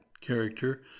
character